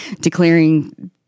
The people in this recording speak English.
declaring